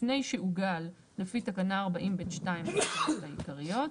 לפני שעוגל לפי תקנה 40(ב2) לתקנות העיקריות.